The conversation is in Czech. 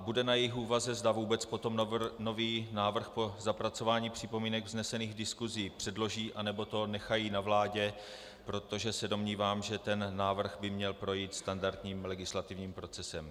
Bude na jejich úvaze, zda vůbec potom nový návrh po zapracování připomínek vznesených v diskusi předloží, nebo to nechají na vládě, protože se domnívám, že ten návrh by měl projít standardním legislativním procesem.